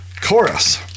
Chorus